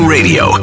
Radio